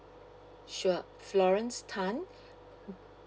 sure florence tan